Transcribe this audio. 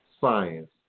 science